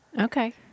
Okay